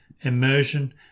immersion